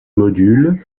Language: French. modules